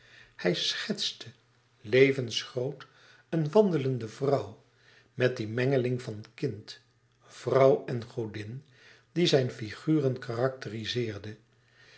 hij schetste levensgroot een wandelende vrouw met die mengeling van kind vrouw en godin die zijn figuren